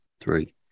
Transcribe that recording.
three